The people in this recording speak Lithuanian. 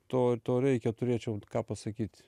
to to reikia turėčiau ką pasakyt